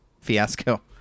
fiasco